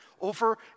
Over